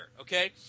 Okay